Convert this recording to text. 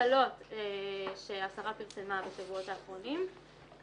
ההקלות שהשרה פרסמה בשבועות האחרונים,